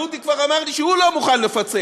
דודי כבר אמר לי שהוא לא מוכן לפצל.